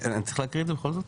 אני צריך להקריא את זה בכל זאת?